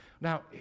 Now